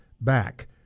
back